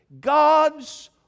God's